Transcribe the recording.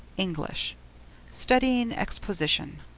english studying exposition.